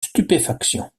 stupéfaction